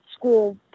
school